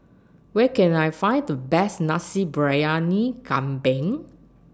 Where Can I Find The Best Nasi Briyani Kambing